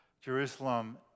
Jerusalem